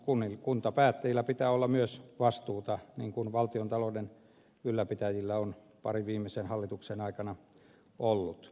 mutta kuntapäättäjillä pitää olla myös vastuuta niin kuin valtiontalouden ylläpitäjillä on parin viimeisen hallituksen aikana ollut